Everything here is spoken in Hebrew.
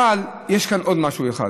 אבל יש כאן עוד משהו אחד: